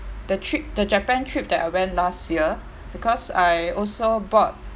the trip the japan trip that I went last year because I also bought